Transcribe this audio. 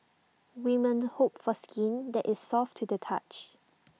women hope for skin that is soft to the touch